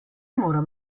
moram